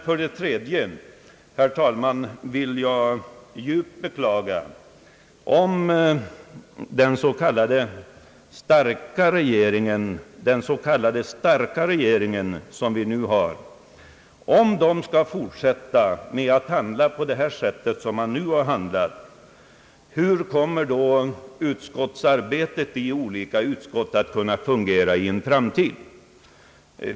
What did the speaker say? Vidare beklagar jag djupt om den s.k. starka regering som vi nu har skall fortsätta att handla på det sätt som den nu gjort. Hur kommer då arbetet i de olika utskotten att fungera i en framtid?